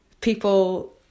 people